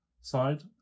side